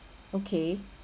okay